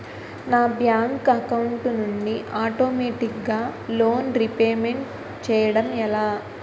నా bank account నుండి ఆటోమేటిగ్గా లోన్ రీపేమెంట్ చేయడం ఎలా?